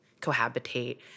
cohabitate